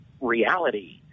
reality